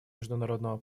международного